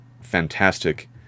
fantastic